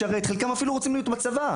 חלקם אפילו רוצים להיות בצבא.